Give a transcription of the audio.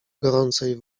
gorącej